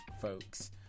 folks